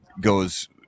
goes